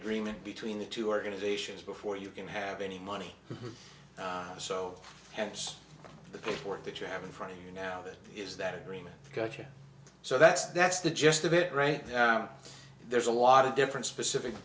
agreement between the two organizations before you can have any money so hence the paperwork that you have in front of you now that is that agreement ok so that's that's the gist of it right there's a lot of different specific